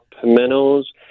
pimentos